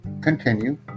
continue